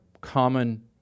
common